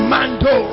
Mando